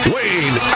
Wayne